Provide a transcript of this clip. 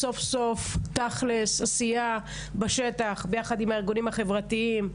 סוף סוף תכלס עשייה בשטח ביחד עם הארגונים החברתיים.